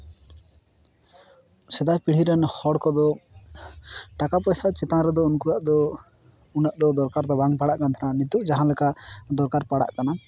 ᱥᱮᱫᱟᱭ ᱯᱤᱲᱦᱤ ᱨᱮᱱ ᱦᱚᱲ ᱠᱚᱫᱚ ᱴᱟᱠᱟ ᱯᱚᱭᱥᱟ ᱪᱮᱛᱟᱱ ᱨᱮᱫᱚ ᱩᱱᱠᱩᱣᱟᱜ ᱫᱚ ᱩᱱᱟᱹᱜ ᱫᱚ ᱫᱚᱨᱠᱟᱨ ᱫᱚ ᱵᱟᱝ ᱯᱟᱲᱟᱜ ᱠᱟᱱ ᱛᱟᱦᱮᱱᱟ ᱱᱤᱛᱳᱜ ᱡᱟᱦᱟᱸᱞᱮᱠᱟ ᱫᱚᱨᱠᱟᱨ ᱯᱟᱲᱟᱜ ᱠᱟᱱᱟ